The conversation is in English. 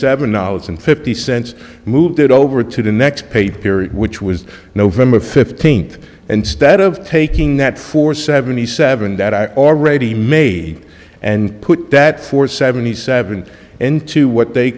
seven dollars and fifty cents moved it over to the next pay period which was nov fifteenth and stead of taking that for seventy seven that i already made and put that for seventy seven into what they